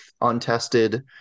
untested